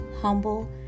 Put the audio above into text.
humble